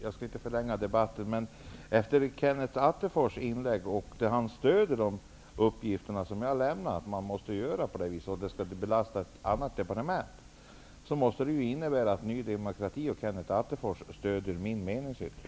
Herr talman! Eftersom Kenneth Attefors i sitt inlägg stöder de uppgifter som jag har lämnat, och uppfattningen att detta anslag inte skall belasta ett annat departement, måste det innebära att Ny demokrati och Kenneth Attefors stöder min meningsyttring.